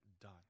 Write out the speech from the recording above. done